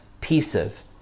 pieces